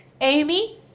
Amy